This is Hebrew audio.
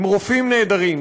עם רופאים נהדרים,